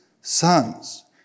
sons